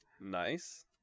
Nice